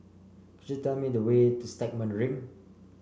could you tell me the way to Stagmont Ring